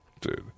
dude